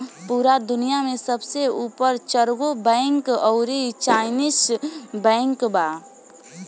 पूरा दुनिया में सबसे ऊपर मे चरगो बैंक अउरी चाइनीस बैंक बा